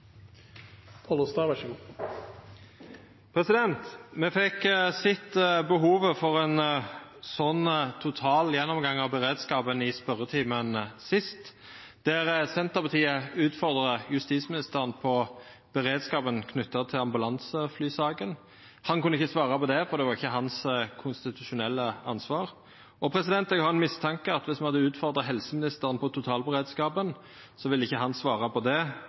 Me fekk sett behovet for ein slik total gjennomgang av beredskapen i spørjetimen sist, då Senterpartiet utfordra justisministeren på beredskapen knytt til ambulanseflysaka. Han kunne ikkje svara på det, for det var ikkje hans konstitusjonelle ansvar. Eg har ein mistanke om at dersom me hadde utfordra helseministeren på totalberedskapen, ville ikkje han ha svara på det